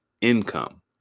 income